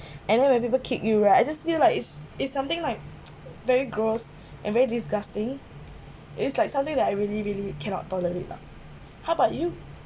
and then when people kick you right I just feel like it's it's something like very gross and very disgusting it's like something that I really really cannot tolerate lah how about you